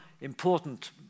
important